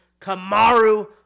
Kamaru